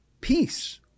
Peace